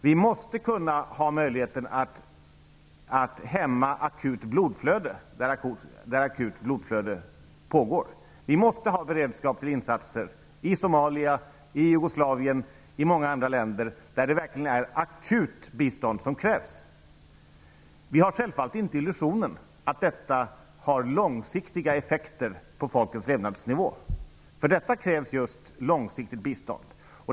Vi måste kunna ha möjligheten att hämma ett aktut blodflöde där det pågår. Vi måste ha beredskap för insatser i Somalia, i Jugoslavien och i många andra länder där det verkligen krävs akut bistånd. Vi har självfallet inte den illusionen att detta har långsiktiga effekter på folkens levnadsnivå -- för detta krävs just långsiktigt bistånd.